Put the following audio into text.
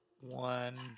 one